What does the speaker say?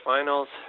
Finals